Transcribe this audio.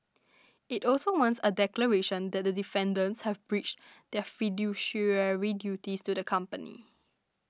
it also wants a declaration that the defendants have breached their fiduciary duties to the company